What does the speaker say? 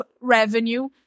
revenue